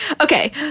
Okay